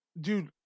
dude